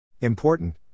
Important